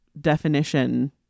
definition